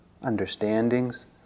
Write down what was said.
understandings